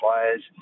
players